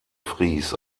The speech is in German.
fries